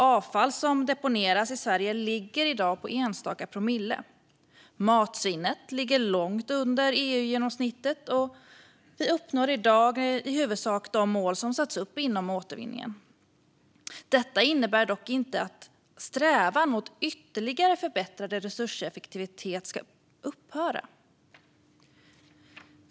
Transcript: Avfall som deponeras i Sverige ligger i dag på enstaka promille, matsvinnet ligger långt under EU-genomsnittet och vi uppnår i huvudsak de mål som satts upp inom återvinningen. Detta innebär dock inte att strävan mot ytterligare förbättrad resurseffektivitet ska upphöra.